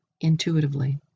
intuitively